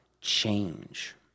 change